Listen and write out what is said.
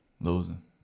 Losing